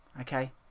Okay